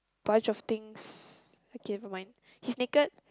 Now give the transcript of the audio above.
bunch of things okay never mind he's naked